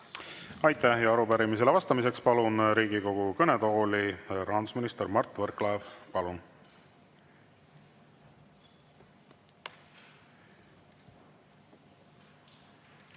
Aitäh! Ja arupärimisele vastamiseks palun Riigikogu kõnetooli rahandusminister Mart Võrklaeva. Palun!